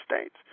States